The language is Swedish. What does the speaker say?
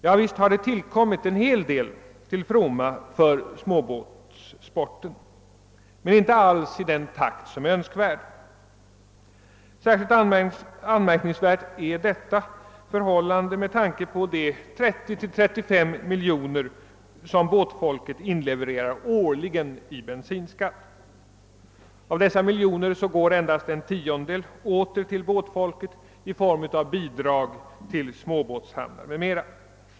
Ja, visst har det tillkommit en del till fromma för småbåtsporten, men det har inte alls skett i den takt som är önskvärd. Särskilt anmärkningsvärt är detta förhållande med tanke på de 30—35 miljoner som båtfolket årligen inlevererar i bensinskatt. Av dessa miljoner går endast !/1w åter till båtfolket i form av bidrag till småbåtshamnar m.m.